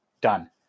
Done